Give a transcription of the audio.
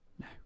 No